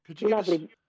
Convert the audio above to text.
Lovely